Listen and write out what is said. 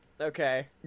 Okay